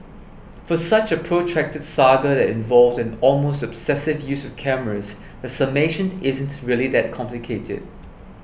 for such a protracted saga that involved an almost obsessive use of cameras the summation isn't really that complicated